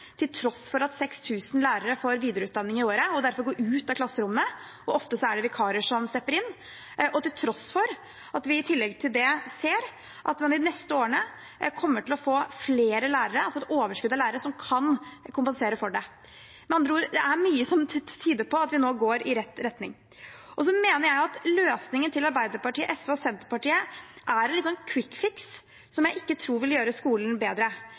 til tross for at 6 000 lærere får videreutdanning i året og derfor går ut av klasserommene, og ofte er det vikarer som stepper inn, og til tross for at vi i tillegg til det ser at man de neste årene kommer til å få flere lærere, altså et overskudd av lærere, som kan kompensere for det. Med andre ord er det mye som tyder på at vi nå går i rett retning. Så mener jeg at løsningen til Arbeiderpartiet, SV og Senterpartiet er en litt sånn kvikkfiks, som jeg ikke tror vil gjøre skolen bedre.